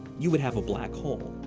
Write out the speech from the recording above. you would have a black hole.